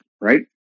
right